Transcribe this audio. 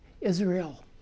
Israel